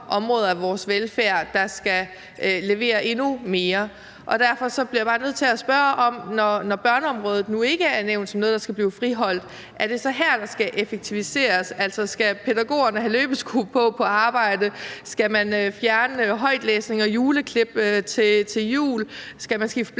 områder af vores velfærd, der skal levere endnu mere. Derfor bliver jeg bare nødt til at spørge om noget. Når børneområdet nu ikke er nævnt som et, der skal friholdes, er det så her, at der skal effektiviseres? Altså, skal pædagogerne have løbesko på på arbejde? Skal man fjerne højtlæsning og juleklip til jul? Skal man skifte